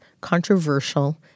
controversial